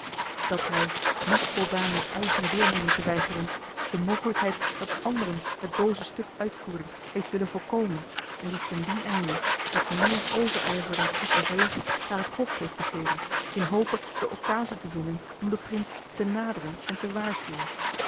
dat hij niet voldaan met eigen deelneming te weigeren de mogelijkheid dat anderen het booze stuk uitvoerden heeft willen voorkomen en zich te dien einde met meer overijver dan goed overleg naar het hof heeft begeven in hope de occasie te vinden om den prins te naderen en te waarschuwen